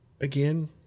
Again